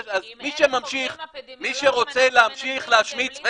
מי שרוצה להמשיך להשמיץ --- אם אלה